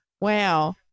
Wow